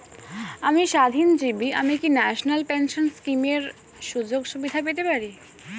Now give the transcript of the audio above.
আমি স্বাধীনজীবী আমি কি ন্যাশনাল পেনশন স্কিমের সুযোগ সুবিধা পেতে পারি?